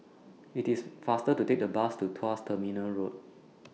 IT IS faster to Take The Bus to Tuas Terminal Road